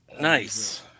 Nice